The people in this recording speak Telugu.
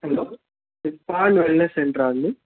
హలో ఇస్మాయిల్ వెల్నెస్ సెంటరా అండి